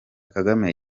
kagame